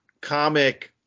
comic